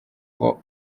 bwoba